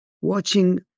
Watching